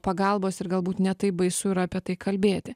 pagalbos ir galbūt ne taip baisu yra apie tai kalbėti